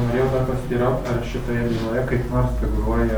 norėjau dar pasiteiraut ar šitoje byloje kaip nors figūruoja